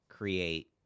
create